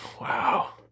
Wow